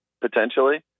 potentially